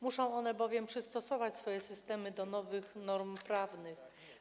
Muszą one bowiem przystosować swoje systemy do nowych norm prawnych.